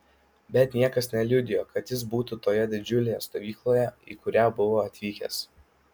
bet niekas neliudijo kad jis būtų toje didžiulėje stovykloje į kurią buvo atvykęs